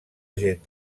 gent